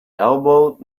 elbowed